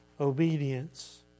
Obedience